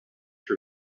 her